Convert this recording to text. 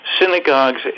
Synagogues